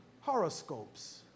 horoscopes